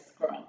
girl